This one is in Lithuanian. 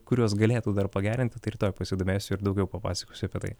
kuriuos galėtų dar pagerint tai rytoj pasidomėsiu ir daugiau papasakosiu apie tai